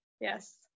yes